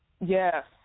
Yes